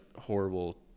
horrible